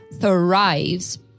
thrives